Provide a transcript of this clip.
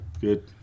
Good